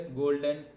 golden